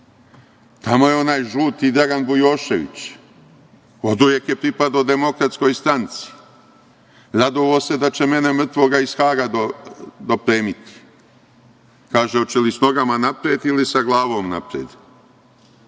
Tamo je onaj žuti Dragan Bujošević. Oduvek je pripadao Demokratskoj stranci. Radovao se da će mene mrtvoga iz Haga dopremiti. Kaže – hoće li nogama napred ili glavom napred?